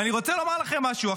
ואני רוצה לומר לכם משהו.